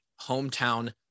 hometown